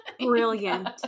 Brilliant